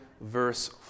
verse